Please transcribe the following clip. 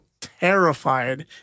terrified